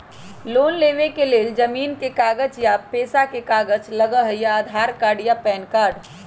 Loan लेवेके लेल जमीन के कागज या पेशा के कागज लगहई या आधार कार्ड या पेन कार्ड?